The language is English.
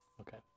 Okay